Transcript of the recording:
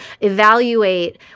evaluate